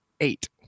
eight